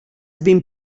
been